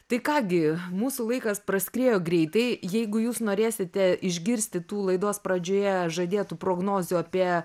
tai ką gi mūsų laikas praskriejo greitai jeigu jūs norėsite išgirsti tų laidos pradžioje žadėtų prognozių apie